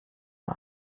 nur